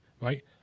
right